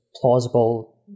plausible